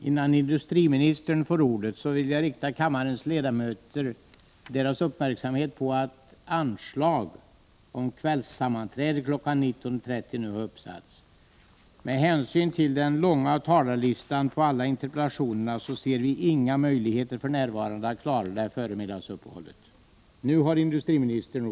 Innan industriministern får ordet vill jag rikta uppmärksamheten hos kammarens ledamöter på att anslag om kvällssammanträde kl. 19.30 nu har uppsatts. Vi ser för närvarande inga möjligheter att före middagsuppehållet klara av den långa talarlistan när det gäller alla de återstående interpellationerna.